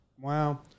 Wow